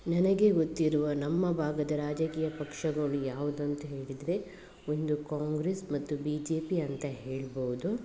ನನಗೆ ಗೊತ್ತಿರುವ ನಮ್ಮ ಭಾಗದ ರಾಜಕೀಯ ಪಕ್ಷಗಳು ಯಾವುದು ಅಂತ ಹೇಳಿದರೆ ಒಂದು ಕಾಂಗ್ರೆಸ್ ಮತ್ತು ಬಿ ಜೆ ಪಿ ಅಂತ ಹೇಳ್ಬಹುದು